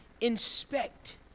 inspect